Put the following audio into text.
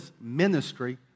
ministry